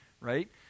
right